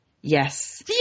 Yes